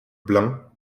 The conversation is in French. blein